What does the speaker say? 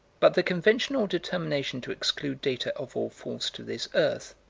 but the conventional determination to exclude data of all falls to this earth,